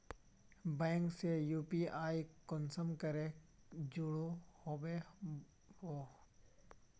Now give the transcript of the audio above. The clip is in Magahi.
बैंक से यु.पी.आई कुंसम करे जुड़ो होबे बो?